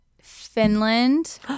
finland